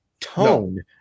tone